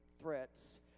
threats